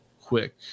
quick